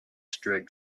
strict